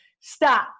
stop